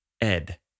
Ed